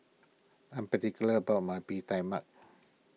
I am particular about my Bee Tai Mak